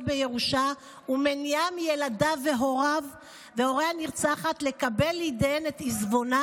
בירושה ומניעה מילדיו והורי הנרצחת לקבל לידיהם את עיזבונה,